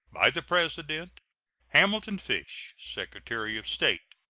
by the president hamilton fish, secretary of state.